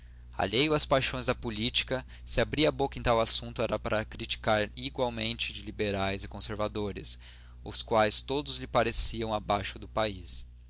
alheio às paixões da política se abria a boca em tal assunto era para criticar igualmente de liberais e conservadores os quais todos lhe pareciam abaixo do país